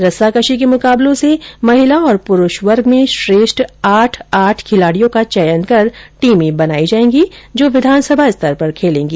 रस्सा कशी के मुकाबलों से महिला और पुरूष वर्ग में श्रेष्ठ आठ आठ खिलाडियों का चयन कर टीमें बनाई जायेगी जो विधानसभा स्तर पर खेलेंगी